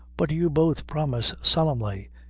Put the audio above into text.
but you both promise solemnly,